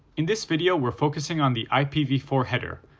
in this video we're focusing on the i p v four header,